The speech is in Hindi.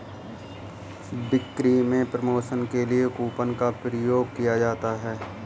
बिक्री में प्रमोशन के लिए कूपन का प्रयोग किया जाता है